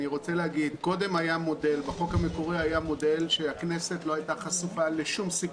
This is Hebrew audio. קודם בחוק המקורי היה מודל שהכנסת לא הייתה חשופה לשום סיכון,